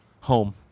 Home